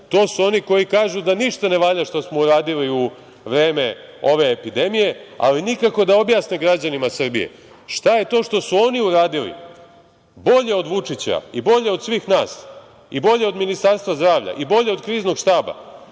To su oni koji kažu da ništa ne valja što smo uradili u vreme ove epidemije, ali nikako da objasne građanima Srbije šta je to što su oni uradili bolje od Vučića i bolje od svih nas i bolje od Ministarstva zdravlja i bolje od Kriznog štaba,